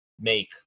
make